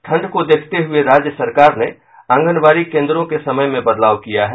ठंड को देखते हुये राज्य सरकार ने आंगनबाड़ी केंद्रों के समय में बदलाव किया है